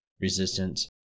resistance